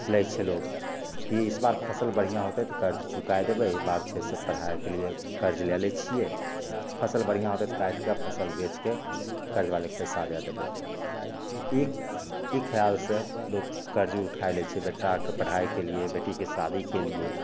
लै छै लोक कि इसबार फसल बढ़िआँ होतै तऽ कर्ज चुकै देबै एहि बार पढ़ाइके लिए कर्ज लै लै छिए फसिल बढ़िआँ होतै तऽ काटिके फसिल बेचिके कर्जवलाके पइसा दै देबै ई ई खिआलसे लोक कर्ज उठै लै छै बेटाके पढ़ाइके लिए बेटीके शादीके लिए